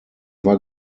war